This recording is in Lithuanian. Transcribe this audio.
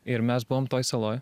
ir mes buvom toj saloj